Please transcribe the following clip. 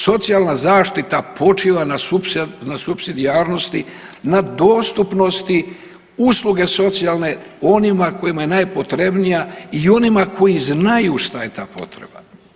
Socijalna zaštita počiva na supsidijarnosti, na dostupnosti usluge socijalne onima kojima je najpotrebnija i onima koji znaju šta je ta potreba.